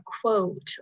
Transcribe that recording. quote